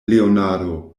leonardo